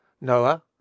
Noah